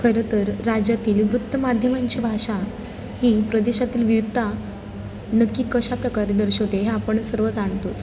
खरंतर राज्यातील वृत्तमाध्यमांची भाषा ही प्रदेशातील विविधता नक्की कशाप्रकारे दर्शवते हे आपण सर्व जाणतोच